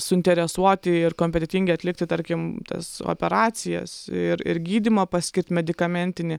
suinteresuoti ir kompetetingi atlikti tarkim tas operacijas ir gydymą paskirt medikamentinį